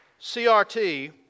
CRT